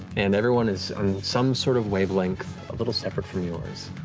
and everyone is on some sort of wavelength, a little separate from yours.